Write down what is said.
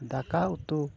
ᱫᱟᱠᱟ ᱩᱛᱩ